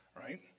right